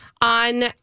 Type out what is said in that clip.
on